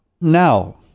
Now